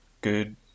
good